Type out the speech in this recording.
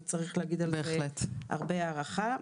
וצריך להביע על זה הרבה הערכה.